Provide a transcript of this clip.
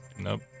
Nope